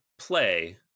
play